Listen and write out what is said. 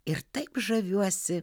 ir taip žaviuosi